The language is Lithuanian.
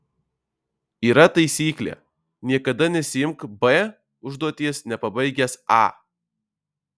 yra taisyklė niekada nesiimk b užduoties nepabaigęs a